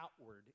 outward